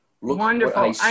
Wonderful